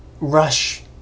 rush